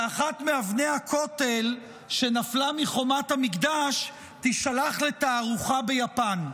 שאחת מאבני הכותל שנפלה מחומת המקדש תישלח לתערוכה ביפן.